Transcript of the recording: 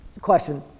question